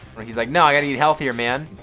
he's like, no, i gotta eat healthier man.